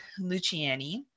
Luciani